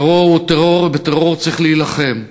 טרור הוא טרור, ובטרור צריך להילחם,